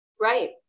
Right